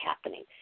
happening